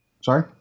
Sorry